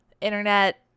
internet